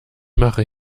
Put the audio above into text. mache